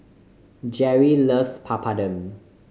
Jeri loves Papadum